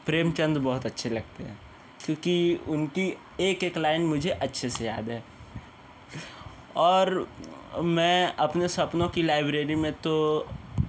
प्रेमचंद बहुत अच्छे लगते हैं क्योंकि उनकी एक एक लाइन मुझे अच्छे से याद है और मैं अपने सपनों की लाइब्रेरी में तो